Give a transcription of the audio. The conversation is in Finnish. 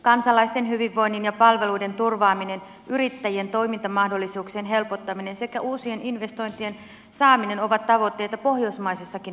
kansalaisten hyvinvoinnin ja palveluiden turvaaminen yrittäjien toimintamahdollisuuksien helpottaminen sekä uusien investointien saaminen ovat tavoitteita pohjoismaisessakin yhteistyössä